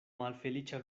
malfeliĉa